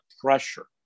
pressure